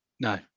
No